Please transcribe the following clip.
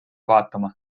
vaatama